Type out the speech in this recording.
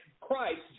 Christ